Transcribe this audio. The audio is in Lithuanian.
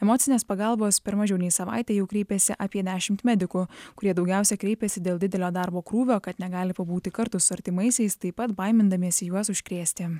emocinės pagalbos per mažiau nei savaitę jau kreipėsi apie dešimt medikų kurie daugiausia kreipėsi dėl didelio darbo krūvio kad negali pabūti kartu su artimaisiais taip pat baimindamiesi juos užkrėsti